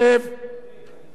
שב, שב, שב.